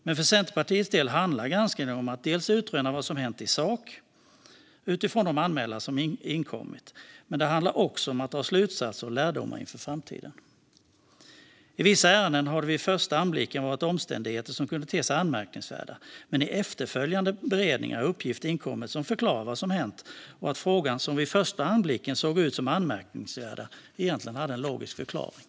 Men för Centerpartiets del handlar granskningarna om att, utifrån de anmälningar som har inkommit, bland annat utröna vad som har hänt i sak. Men det handlar också om att dra slutsatser och lärdomar inför framtiden. I vissa ärenden har det vid första anblicken varit omständigheter som kunde te sig anmärkningsvärda. Men i efterföljande beredning har uppgifter inkommit som förklarar vad som hänt och som innebär att frågan som vid första anblicken sågs som anmärkningsvärd egentligen hade en logisk förklaring.